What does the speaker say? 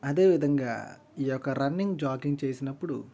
అదేవిధంగా ఈ యొక్క రన్నింగ్ జాగింగ్ చేసినప్పుడు